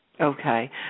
Okay